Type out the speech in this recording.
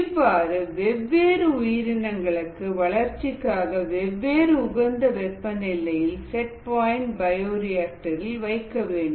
இவ்வாறு வெவ்வேறு உயிரினங்களுக்கு வளர்ச்சிக்காக வெவ்வேறு உகந்த வெப்பநிலையில் செட் பாயின்ட் பயோரிஆக்டர் ரில் வைக்க வேண்டும்